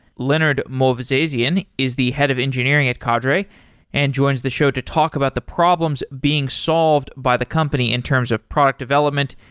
leonid movsesyan is the head of engineering at cadre and joins the show to talk about the problems being solved by the company in terms of product development,